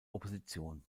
opposition